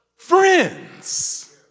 Friends